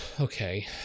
Okay